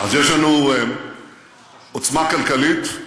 (חברת הכנסת תמר זנדברג יוצאת מאולם המליאה.) יש לנו עוצמה כלכלית,